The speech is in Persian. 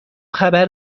خبر